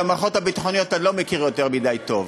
את המערכות הביטחוניות אני לא מכיר יותר מדי טוב,